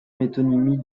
métonymie